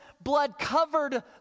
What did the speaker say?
blood-covered